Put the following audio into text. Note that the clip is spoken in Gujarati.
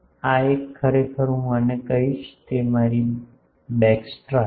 આ એક ખરેખર હું આને કહીશ તે મારી બેક્સ્ટ્રા છે